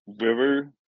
River